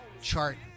Chart